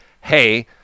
hey